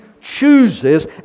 chooses